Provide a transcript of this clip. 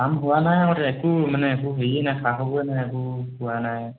কাম হোৱা নাই আৰু একো মানে একো হেৰিয়ে নাই খা খৱৰয়ে নাই একো হোৱা নাই